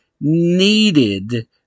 needed